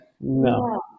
No